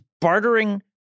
bartering